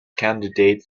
candidate